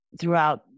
throughout